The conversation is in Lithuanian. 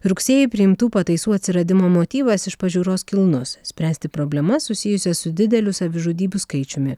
rugsėjį priimtų pataisų atsiradimo motyvas iš pažiūros kilnus spręsti problemas susijusias su dideliu savižudybių skaičiumi